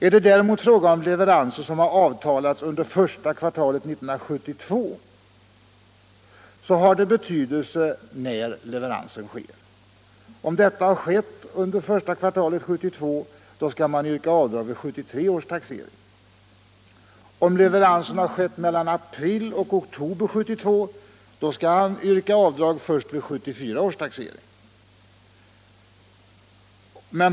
Är det däremot fråga om leveranser som avtalats under första kvartalet 1972 har det betydelse när leveransen sker. Om leveransen skett under första kvartalet 1972, skall man yrka avdrag vid 1973 års taxering. Om leveransen skett mellan april och oktober 1972, skall han yrka avdrag först vid 1974 års taxering.